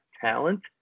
talent